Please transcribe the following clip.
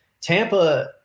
Tampa